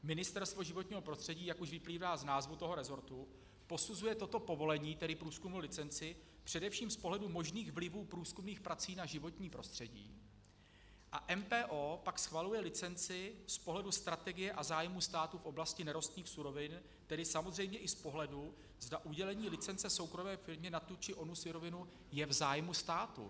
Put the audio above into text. Ministerstvo životního prostředí, jak už vyplývá z názvu resortu, posuzuje toto povolení, tedy průzkumnou licenci, především z pohledu možných vlivů průzkumných prací na životní prostředí, a MPO pak schvaluje licenci z pohledu strategie a zájmu státu v oblasti nerostných surovin, tedy samozřejmě i z pohledu, zda udělení licence soukromé firmě na tu či onu surovinu je v zájmu státu.